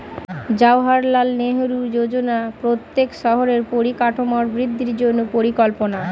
জাওহারলাল নেহেরু যোজনা প্রত্যেক শহরের পরিকাঠামোর বৃদ্ধির জন্য পরিকল্পনা